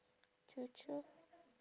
true true